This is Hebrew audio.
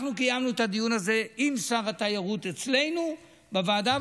אנחנו קיימנו את הדיון הזה עם שר התיירות אצלנו בוועדה,